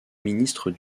ministre